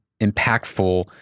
impactful